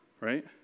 right